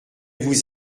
vous